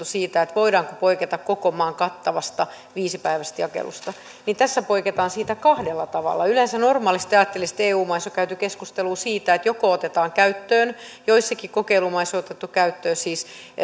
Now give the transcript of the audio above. siitä voidaanko poiketa koko maan kattavasta viisipäiväisestä jakelusta niin tässä poiketaan siitä kahdella tavalla yleensä normaalisti ajattelisi että kuten eu maissa käytäisiin keskustelua siitä että joko otetaan käyttöön joissakin kokeilumaissa on otettu käyttöön siis